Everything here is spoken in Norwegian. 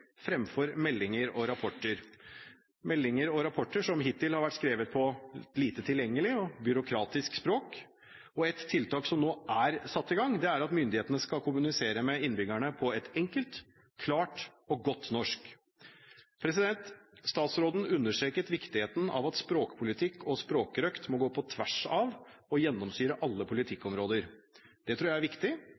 fremfor meldinger og rapporter, meldinger og rapporter som hittil har vært skrevet på et lite tilgjengelig og byråkratisk språk. Et tiltak som nå er satt i gang, er at myndighetene skal kommunisere med innbyggerne på et enkelt, klart og godt norsk. Statsråden understreket viktigheten av at språkpolitikk og språkrøkt må gå på tvers av og gjennomsyre alle politikkområder. Det tror jeg er viktig.